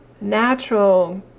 natural